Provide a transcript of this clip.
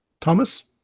Thomas